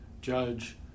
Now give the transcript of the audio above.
judge